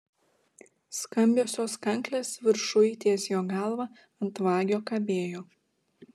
skambiosios kanklės viršuj ties jo galva ant vagio kabėjo